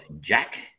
Jack